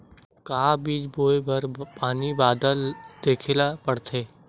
का बीज बोय बर पानी बादल देखेला पड़थे?